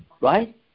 right